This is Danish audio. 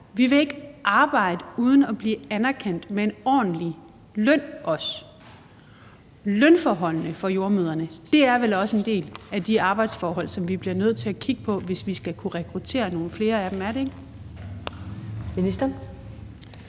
vi vil ikke arbejde uden at blive anerkendt med en ordentlig løn også. Lønforholdene for jordemødrene er vel også en del af de arbejdsforhold, som vi bliver nødt til at kigge på, hvis vi skal kunne rekruttere nogle flere af dem,